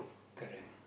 correct